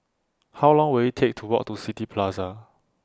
How Long Will IT Take to Walk to City Plaza